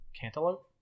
Cantaloupe